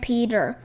Peter